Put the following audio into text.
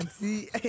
see